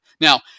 Now